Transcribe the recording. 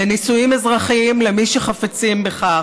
לנישואים אזרחיים למי שחפצים בכך.